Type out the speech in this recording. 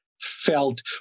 felt